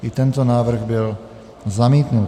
I tento návrh byl zamítnut.